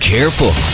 Careful